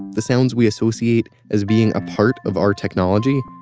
the sound we associate as being a part of our technology,